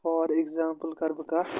for example کَرٕ بہٕ کَتھ